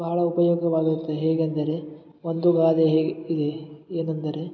ಬಹಳ ಉಪಯೋಗವಾಗಿರುತ್ತೆ ಹೇಗೆಂದರೆ ಒಂದು ಗಾದೆ ಹೇಗೆ ಇದೆ ಏನಂದರೆ